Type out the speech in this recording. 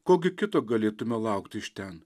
ko gi kito galėtume laukti iš ten